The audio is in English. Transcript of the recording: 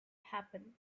happen